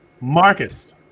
Marcus